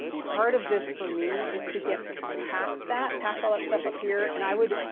part of this for me is to get past that, past all that stuff up here, and i would,